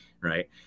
Right